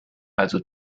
also